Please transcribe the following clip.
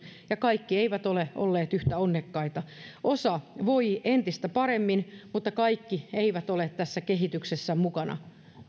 ja kaikki eivät ole olleet yhtä onnekkaita osa voi entistä paremmin mutta kaikki eivät ole tässä kehityksessä mukana